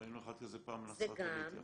ראינו אחד כזה פעם בנצרת עילית ביחד.